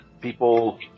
people